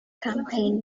campaign